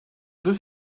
deux